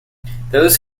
those